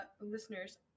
listeners